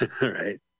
Right